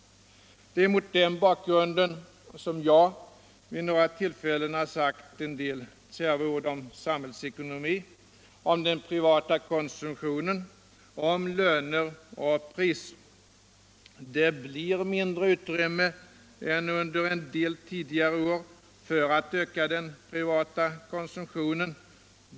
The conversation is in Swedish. "Det är mot denna bakgrund som jag vid några tillfällen har sagt en del kärva ord om samhällsekonomin, om den privata konsumtionen, om löner och priser. Det blir mindre utrymme än under vissa tidigare år för att öka den privata konsumtionen.